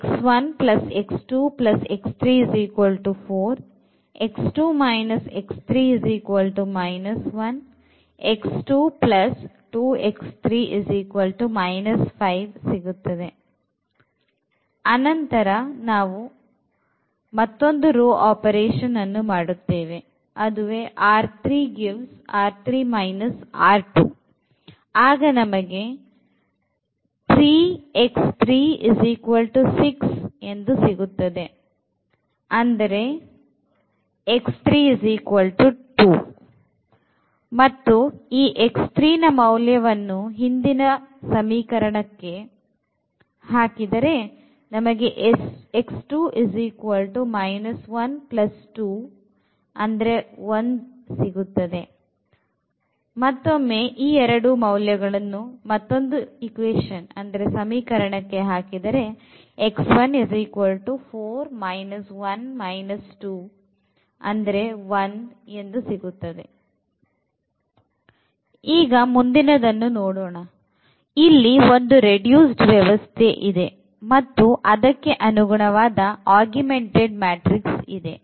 Solution ಮತ್ತು ಮುಂದಿನದು ಇಲ್ಲಿ ಒಂದು reduced ವ್ಯವಸ್ಥೆ ಇದೆ ಮತ್ತು ಅದಕ್ಕೆ ಅನುಗುಣವಾದ augmented ಮ್ಯಾಟ್ರಿಕ್ಸ್ ಇದೆ